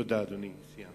תודה, אדוני.